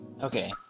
Okay